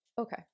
Okay